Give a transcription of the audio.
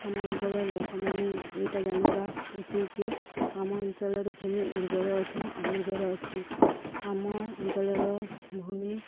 ଆମ ଅଞ୍ଚଳର ଲୋକମାନେ ଏଇଟା ଜାଣିବା ଉଚିତ ଯେ ଆମ ଅଞ୍ଚଳର ଭୂମି ଉର୍ବର ଅଛି ନା ଅନୁର୍ବର ଅଛି ଆମ ଅଞ୍ଚଳର ଭୂମି